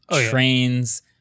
trains